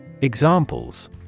Examples